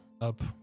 up